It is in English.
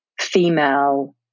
female